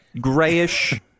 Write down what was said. grayish